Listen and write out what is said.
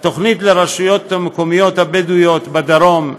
תוכנית לרשויות המקומיות הבדואיות בדרום,